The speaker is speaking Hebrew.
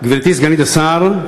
גברתי סגנית השר,